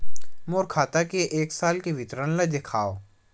मोर खाता के एक साल के विवरण ल दिखाव?